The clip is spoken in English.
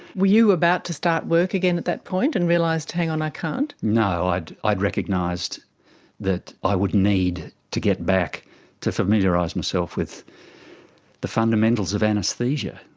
were you about to start work again at that point and realised, hang on, i can't? no, i'd i'd recognised that i would need to get back to familiarise myself with the fundamentals of anaesthesia.